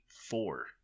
four